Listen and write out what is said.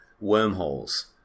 wormholes